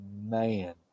man